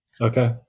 Okay